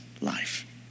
life